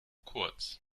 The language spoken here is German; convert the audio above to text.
kurz